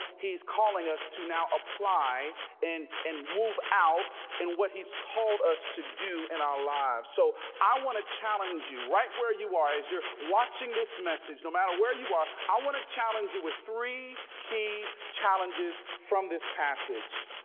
he's calling us to now apply and and move out and what he's called us to do in our lives so i want to challenge you right where you are as you're watching this message no matter where you are i want to challenge you with three key challenges from this passage